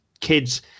kids